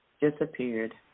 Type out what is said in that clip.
disappeared